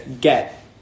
get